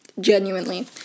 Genuinely